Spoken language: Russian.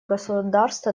государств